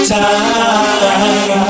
time